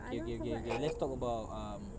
okay okay okay okay let's talk about um